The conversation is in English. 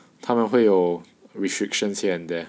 他们会有 restrictions here and there